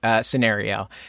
scenario